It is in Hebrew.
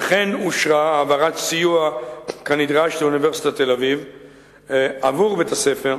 וכן אושרה העברת סיוע כנדרש לאוניברסיטת תל-אביב עבור בית-הספר,